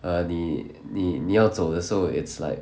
err 你你你要走的时候 it's like